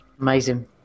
Amazing